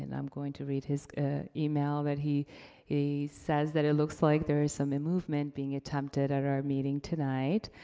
and i'm going to read his email, that he says that it looks like there is some ah movement being attempted at our meeting tonight,